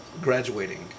graduating